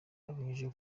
abinyujije